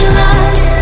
love